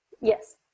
yes